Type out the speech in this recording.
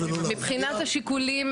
מבחינת השיקולים